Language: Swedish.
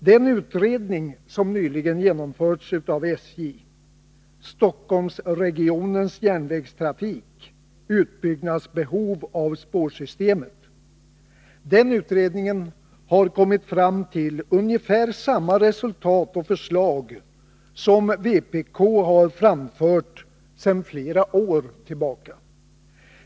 Den utredning som nyligen genomförts av SJ — Stockholmsregionens järnvägstrafik, utbyggnadsbehov av spårsystemet — har kommit fram till ungefär samma resultat och förslag som vpk har framfört sedan flera år tillbaka.